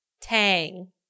Tang